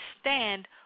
stand